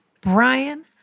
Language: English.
Brian